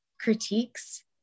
critiques